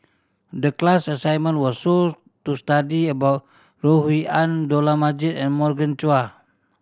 the class assignment was to study about Rui An Dollah Majid and Morgan Chua